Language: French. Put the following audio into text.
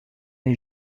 est